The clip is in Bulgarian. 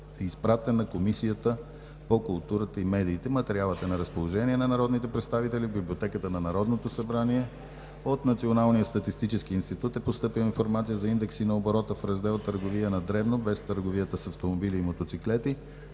изпратен на Комисията по културата и медиите. Материалът е на разположение на народните представители в Библиотеката на Народното събрание. От Националния статистически институт е постъпила информация за индекси на оборота в раздел „Търговия на дребно, без търговията с автомобили и мотоциклети